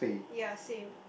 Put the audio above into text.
ya same